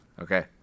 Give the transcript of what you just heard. Okay